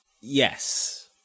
Yes